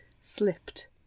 slipped